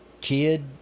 kid